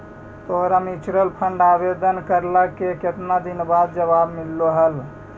तोरा mutual fund आवेदन करला के केतना दिन बाद जवाब मिललो हल?